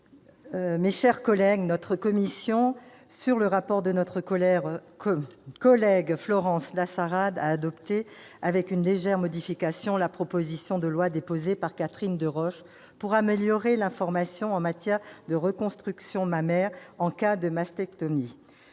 mes chers collègues, notre commission, sur le rapport de notre collègue Florence Lassarade, a adopté avec une légère modification la proposition de loi déposée par Catherine Deroche pour améliorer l'information en matière de reconstruction mammaire en cas de mastectomie.